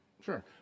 Sure